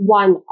one